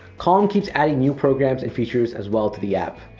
calm keeps adding new programs and features as well to the app.